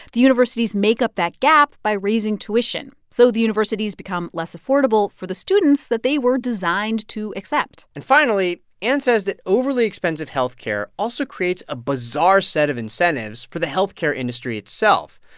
the universities make up that gap by raising tuition. so the universities become less affordable for the students that they were designed to accept and finally, anne says that overly expensive health care also creates a bizarre set of incentives for the health care industry itself.